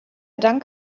dank